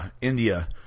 India